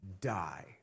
die